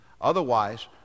otherwise